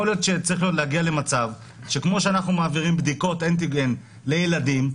יכול להיות שצריך להגיע למצב שכמו שאנחנו מעבירים בדיקות אנטיגן לילדים,